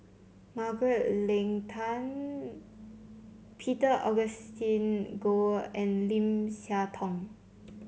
Margaret Leng Tan Peter Augustine Goh and Lim Siah Tong